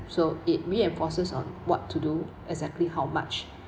so it reinforces on what to do exactly how much